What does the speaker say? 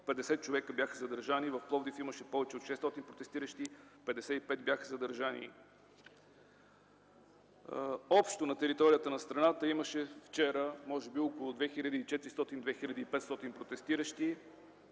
50 човека бяха задържани. В Пловдив имаше повече от 600 протестиращи – 55 човека бяха задържани. Общо на територията на страната вчера имаше около 2400-2500 протестиращи.